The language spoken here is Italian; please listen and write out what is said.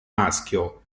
maschio